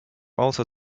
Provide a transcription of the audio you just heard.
also